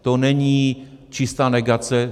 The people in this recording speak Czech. To není čistá negace.